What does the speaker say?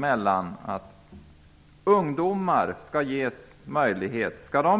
Skall ungdomarna